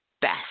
best